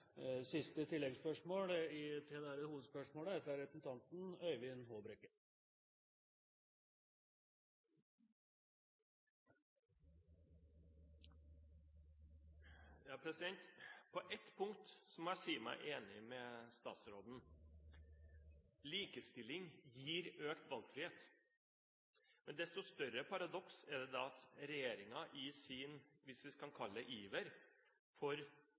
til siste oppfølgingsspørsmål. På ett punkt må jeg si meg enig med statsråden: Likestilling gir økt valgfrihet. Desto større paradoks er det da at regjeringen i sin, hvis vi kan kalle det, iver for det man mener er likestilling, bekjemper valgfrihet på område etter område. Det var riktig å fjerne kontantstøtten for